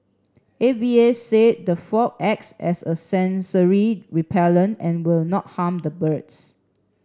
A V A said the fog acts as a sensory repellent and will not harm the birds